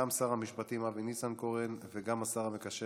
גם שר המשפטים אבי ניסנקורן וגם השר המקשר